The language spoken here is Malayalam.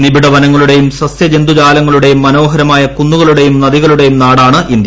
നിബിഡ വനങ്ങളുടെയും സസ്യജന്തു ജാലങ്ങളൂട്ടെയും മനോഹരമായ കുന്നുകളുടെയും നദികളുടെയും നാടാണ് ഇന്ത്യ